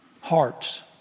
hearts